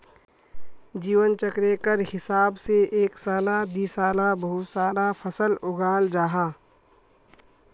जीवन चक्रेर हिसाब से एक साला दिसाला बहु साला फसल उगाल जाहा